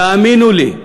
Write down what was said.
תאמינו לי.